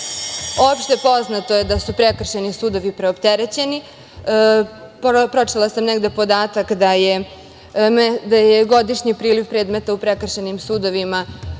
poznato je da su prekršajni sudovi preopterećeni. Pročitala sam negde podatak da je godišnji priliv predmeta u prekršajnim sudovima